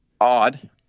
odd